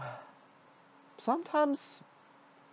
sometimes